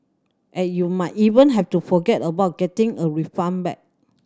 and you might even have to forget about getting a refund back